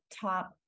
top